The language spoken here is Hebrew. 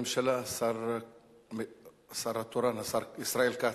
תשובת הממשלה, השר התורן, השר ישראל כץ.